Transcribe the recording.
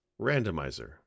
Randomizer